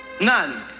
None